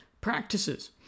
practices